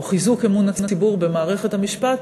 או חיזוק אמון הציבור במערכת המשפט,